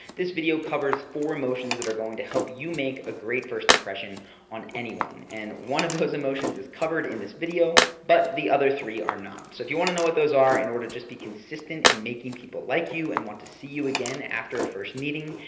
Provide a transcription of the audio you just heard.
this video covers four emotions that are going to help you make a great first impression on anyone and one of those emotions is covered in this video but the other three are not. so if you want to know what those are in order to just be consistent in making people like you and want to see you again after a first meeting,